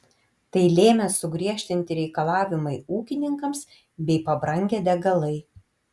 tai lėmė sugriežtinti reikalavimai ūkininkams bei pabrangę degalai